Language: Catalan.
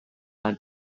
del